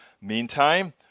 Meantime